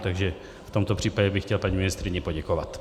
Takže v tomto případě bych chtěl paní ministryni poděkovat.